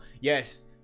Yes